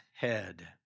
head